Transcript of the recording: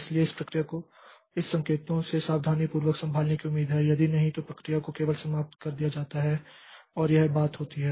इसलिए इस प्रक्रिया को इस संकेतों को सावधानीपूर्वक संभालने की उम्मीद है यदि नहीं तो प्रक्रिया को केवल समाप्त कर दिया जाता है और यह बात होती है